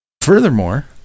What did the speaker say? Furthermore